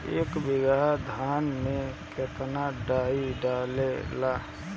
एक बीगहा धान में केतना डाई लागेला?